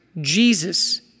jesus